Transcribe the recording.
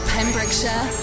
Pembrokeshire